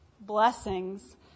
Blessings